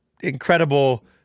incredible